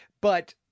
But-